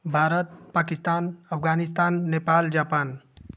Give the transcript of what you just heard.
Bharat Pakistan Afghanistan Nepal Japan